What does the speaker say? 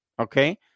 Okay